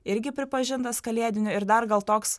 irgi pripažintas kalėdiniu ir dar gal toks